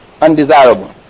Undesirable